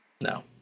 No